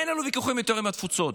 אין לנו ויכוחים יותר עם התפוצות,